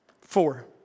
Four